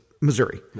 Missouri